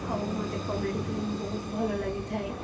ଆଉ ମତେ comedy film ବହୁତ ଭଲ ଲାଗିଥାଏ